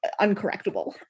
uncorrectable